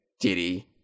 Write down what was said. Diddy